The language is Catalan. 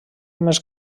més